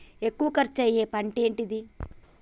ఎక్కువ ఖర్చు అయ్యే పంటేది?